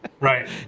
Right